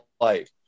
life